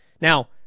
Now